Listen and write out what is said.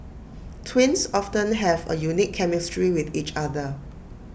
twins often have A unique chemistry with each other